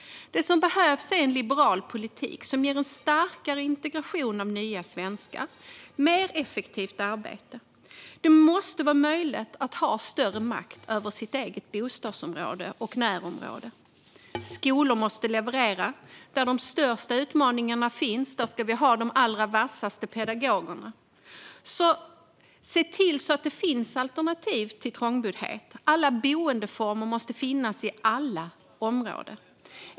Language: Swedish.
Det som behövs är liberal politik, som ger starkare integration av nya svenskar, och mer effektivt arbete. Det måste vara möjligt att ha större makt över sitt eget bostadsområde och närområde. Skolor måste leverera. Där de största utmaningarna finns ska vi ha de allra vassaste pedagogerna. Se till att det finns alternativ till trångboddhet! Alla boendeformer måste finnas i alla områden.